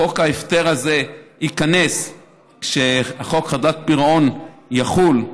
חוק ההפטר הזה ייכנס כשחוק חדלות פירעון יחול.